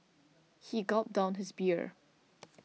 he gulped down his beer